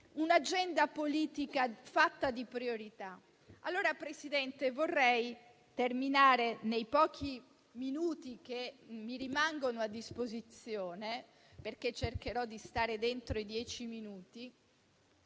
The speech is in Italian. un'agenda politica fatta di priorità. Signor Presidente, vorrei terminare, nei pochi minuti che mi rimangono a disposizione (perché cercherò di stare dentro i dieci minuti),